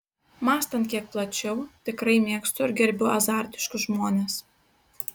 mąstant kiek plačiau tikrai mėgstu ir gerbiu azartiškus žmones